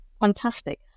fantastic